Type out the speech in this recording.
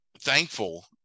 thankful